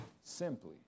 Simply